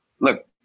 look